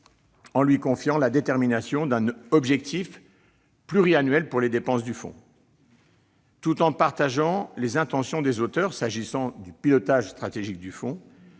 en lui confiant la détermination d'un objectif pluriannuel pour les dépenses du fonds. Tout en partageant les intentions des auteurs s'agissant du pilotage stratégique du fonds,